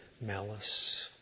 malice